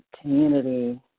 community